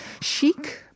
chic